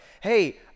hey